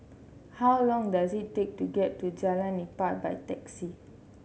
how long does it take to get to Jalan Nipah by taxi